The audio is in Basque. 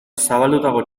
zabaldutako